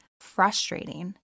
frustrating